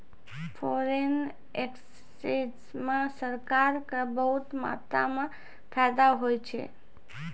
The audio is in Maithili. फोरेन एक्सचेंज म सरकार क बहुत मात्रा म फायदा होय छै